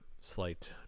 slight